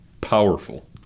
Powerful